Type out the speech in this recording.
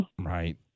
Right